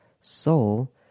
soul